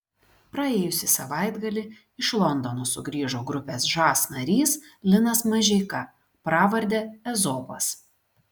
praėjusį savaitgalį iš londono sugrįžo grupės žas narys linas mažeika pravarde ezopas